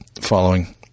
following